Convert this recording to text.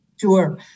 Sure